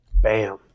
Bam